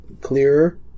clearer